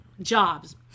jobs